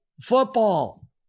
football